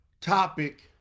topic